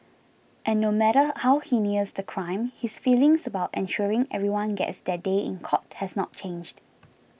and no matter how heinous the crime his feelings about ensuring everyone gets their day in court has not changed